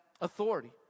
authority